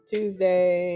Tuesday